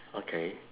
okay